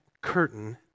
curtain